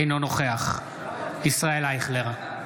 אינו נוכח ישראל אייכלר,